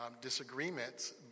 disagreements